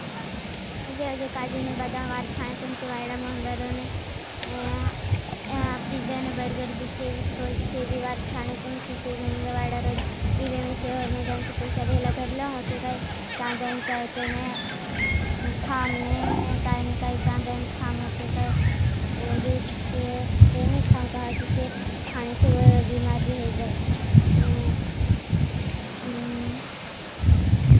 में आपका काजुन बादाम वार्ट खाणपण वाईडा। महंगरों और पीज़ा बर्गर कोर। वार्ट खाणपं के महुंगर वाईडा। बयारों दीवे में श़ोहर जामत पोशा भेला करलों मोलते काई। चाज़ार इन क्हाओ ते मैं खाम नहीं है। काई नहीं काई चान जाएं। खाम होते काई रूच। ते नहीं खाम कहा कि खाने से वो बीमार भी है जाएं।